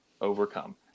overcome